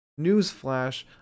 newsflash